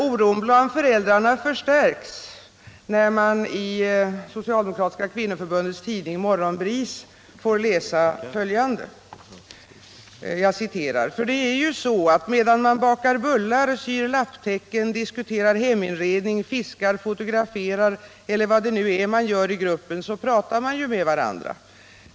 Oron bland föräldrarna förstärks när man i socialdemokratiska kvin 91 noförbundets tidning Morgonbris får läsa följande: ”För det är ju så att medan man bakar bullar, syr lapptäcken, diskuterar heminredning, fiskar, fotograferar eller vad det nu är man gör i gruppen — så pratar man ju med varandra.